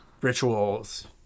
rituals